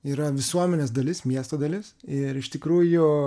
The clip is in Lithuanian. yra visuomenės dalis miesto dalis ir iš tikrųjų